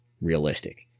realistic